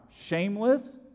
Shameless